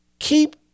Keep